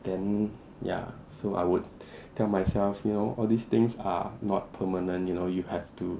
then ya so I would tell myself you know all these things are not permanent you know you have to